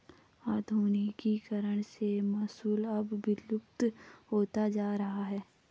आधुनिकीकरण से मूसल अब विलुप्त होता जा रहा है